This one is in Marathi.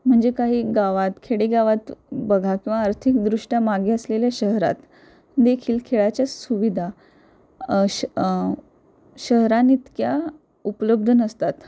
म्हणजे काही गावात खेडेगावात बघा किंवा आर्थिकदृष्ट्या मागे असलेल्या शहरात देखील खेळाच्या सुविधा शहरांइतक्या उपलब्ध नसतात